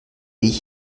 ich